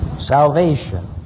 Salvation